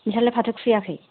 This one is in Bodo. नोंहालाय फाथो खुबैआखै